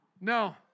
No